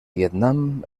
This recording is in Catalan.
vietnam